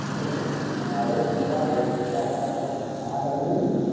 and i looked in the car and there's this guy tom olsen now i had known